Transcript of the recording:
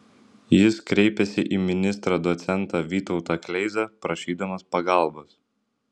jis kreipėsi į ministrą docentą vytautą kleizą prašydamas pagalbos